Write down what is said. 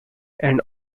and